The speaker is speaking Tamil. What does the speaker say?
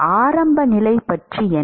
ஆரம்ப நிலை பற்றி என்ன